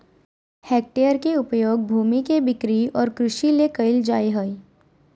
hectare के उपयोग भूमि के बिक्री और कृषि ले कइल जाय हइ